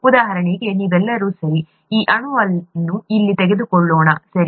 ಉದಾಹರಣೆಗೆ ನೀವೆಲ್ಲರೂ ಸರಿ ಈ ಅಣುವನ್ನು ಇಲ್ಲಿ ತೆಗೆದುಕೊಳ್ಳೋಣ ಸರಿ